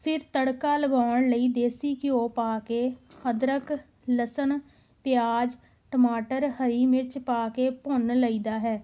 ਫਿਰ ਤੜਕਾ ਲਗਾਉਣ ਲਈ ਦੇਸੀ ਘਿਓ ਪਾ ਕੇ ਅਦਰਕ ਲਸਣ ਪਿਆਜ ਟਮਾਟਰ ਹਰੀ ਮਿਰਚ ਪਾ ਕੇ ਭੁੰਨ ਲਈਦਾ ਹੈ